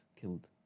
killed